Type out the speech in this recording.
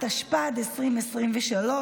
התשפ"ד 2023,